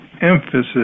emphasis